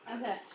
okay